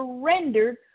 surrendered